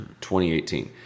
2018